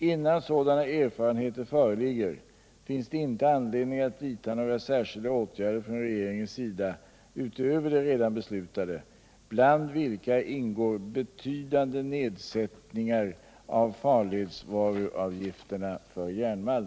Innan sådana erfarenheter föreligger finns det inte anledning att vidta några särskilda åtgärder från regeringens sida utöver de redan beslutade, bland vilka ingår betydande nedsättningar av farledsvaruavgifterna för järnmalm.